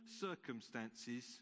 circumstances